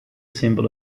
symbol